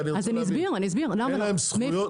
אדוני,